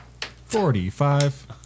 Forty-five